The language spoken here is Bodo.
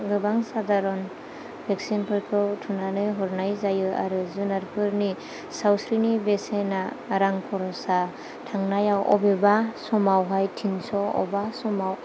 गोबां सादारन भेक्सिनफोरखौ थुनानै हरनाय जायो आरो जुनारफोरनि सावस्रिनि बेसेना रां खरसा थांनायाव अबेबा समावहाय थिनस' अब्बा समाव